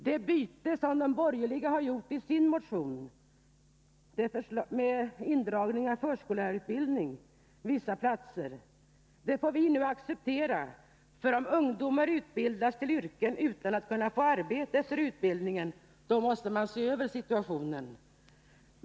Det byte som de borgerliga i sin motion föreslog, med indragning av förskollärarutbildning på vissa platser, får vi nu acceptera, för om ungdomar utbildas till yrken utan att kunna få arbete efter utbildningen, måste man se över situationen.